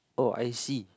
oh I see